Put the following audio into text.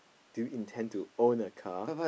do you intend to own a car